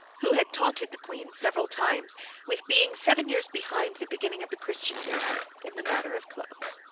who had taunted the queen several times with being seven years behind the beginning of the christian era in the matter of clothes.